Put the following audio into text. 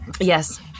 Yes